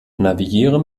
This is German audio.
navigiere